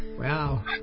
Wow